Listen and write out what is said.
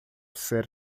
ser